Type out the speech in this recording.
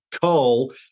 Coal